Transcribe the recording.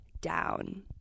down